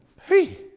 hey